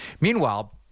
Meanwhile